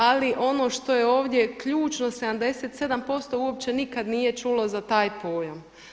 Ali ono što je ovdje ključno 77% uopće nikad nije čulo za taj pojam.